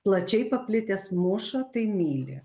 plačiai paplitęs muša tai myli